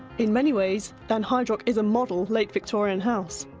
in many ways, lanhydrock is a model late victorian house,